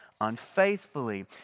unfaithfully